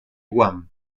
guam